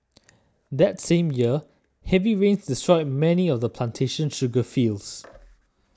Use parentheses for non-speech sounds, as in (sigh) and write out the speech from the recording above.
that same year heavy rains destroyed many of the plantation's sugar fields (noise)